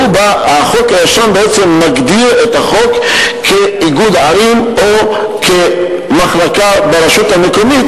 החוק הישן בעצם מגדיר את החוק כאיגוד ערים או כמחלקה ברשות המקומית,